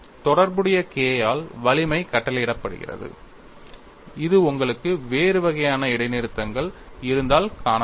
தொடர்புடைய K ஆல் வலிமை கட்டளையிடப்படுகிறது இது உங்களுக்கு வேறு வகையான இடைநிறுத்தங்கள் இருந்தால் காணப்படாது